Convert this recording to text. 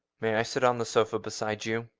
may i sit on the sofa beside you?